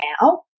now